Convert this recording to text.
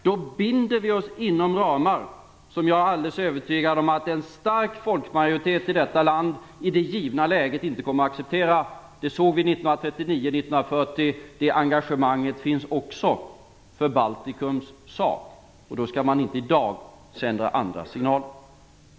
Då binder vi oss inom ramar som jag är alldeles övertygad om att en stark folkmajoritet i detta land i det givna läget inte kommer att acceptera. Det såg vi 1939-1940. Det engagemanget finns också för Baltikums sak, och då skall man inte i dag sända andra signaler.